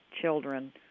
children